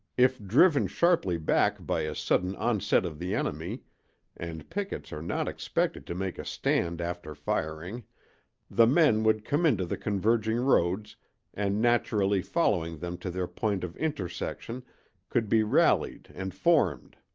if driven sharply back by a sudden onset of the enemy and pickets are not expected to make a stand after firing the men would come into the converging roads and naturally following them to their point of intersection could be rallied and formed.